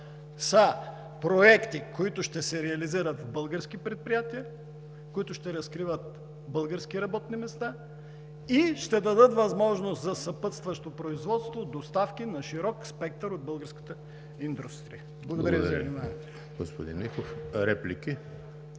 два проекта, които ще се реализират в български предприятия, които ще разкриват български работни места и ще дадат възможност за съпътстващо производство и доставки на широк спектър от българската индустрия. Благодаря Ви за вниманието.